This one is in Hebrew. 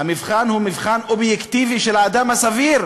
המבחן הוא מבחן אובייקטיבי, של אדם סביר.